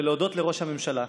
ולהודות לראש הממשלה,